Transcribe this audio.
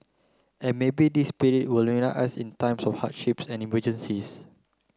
and maybe this spirit will us in times of hardships and emergencies